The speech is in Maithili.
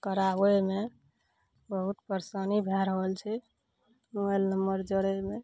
कराबैमे बहुत परेशानी भए रहल छै मोबाइल नम्बर जोड़ैमे